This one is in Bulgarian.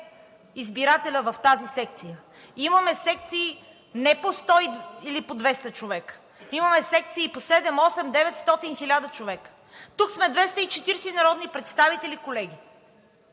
избирателя в тази секция. Имаме секции не по 100 или по 200 човека, имаме секции по 700, 800, 900, 1000 човека. Тук сме 240 народни представители, колеги.